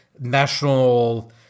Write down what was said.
national